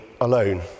alone